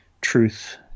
truth